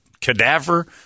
Cadaver